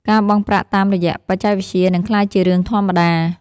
ការបង់ប្រាក់តាមរយៈបច្ចេកវិទ្យា នឹងក្លាយជារឿងធម្មតា។